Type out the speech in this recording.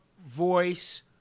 voice